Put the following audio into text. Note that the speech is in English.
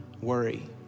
worry